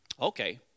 Okay